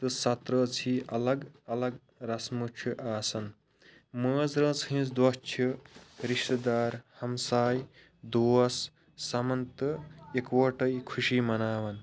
تہٕ ستہٕ رٲژ ہی الگ الگ رسمہٕ چھِ آسان مٲنٛزِ رٲژ ہنٛز دۄہ چھِ رشتہٕ دار ہمساے دوس سَمان تہٕ اکوۄٹٔے خوشی مناوان